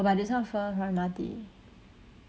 but this one far from M_R_T